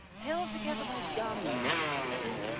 held together my gum i fear.